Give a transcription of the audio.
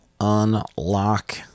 unlock